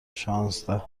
شانزده